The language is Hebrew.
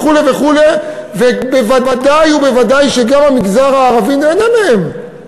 וכו', וודאי וודאי שגם המגזר הערבי נהנה מהן.